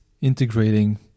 integrating